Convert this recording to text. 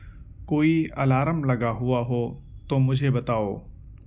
کوئی الارم لگا ہوا ہو تو مجھے بتاؤ